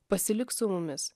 pasilik su mumis